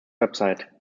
website